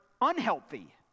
unhealthy